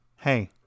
...hey